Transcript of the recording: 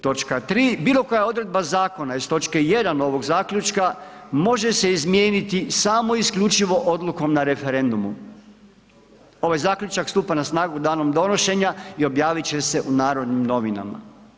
Točka 3., bilo koja odredba zakona iz točke 1. ovog zaključka može se izmijeniti samo i isključivo odlukom na referendumu, ovaj zaključak stupa na snagu danom donošenja i objavit će se u Narodnim novinama.